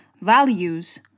values